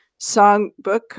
Songbook